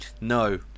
no